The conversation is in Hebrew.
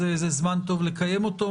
זה זמן טוב לקיים אותו.